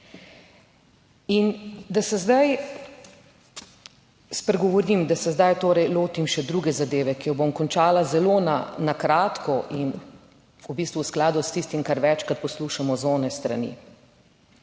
In da se zdaj, spregovorim, da se zdaj torej lotim še druge zadeve, ki jo bom končala zelo na kratko in v bistvu v skladu s tistim, kar večkrat poslušamo z one strani.